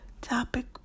topic